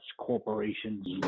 corporations